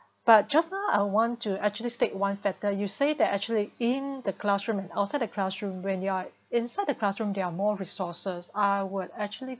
but just now I want to actually take one factor you say that actually in the classroom and outside the classroom when they're inside the classroom they're more resources I would actually